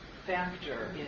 factor